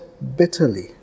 Bitterly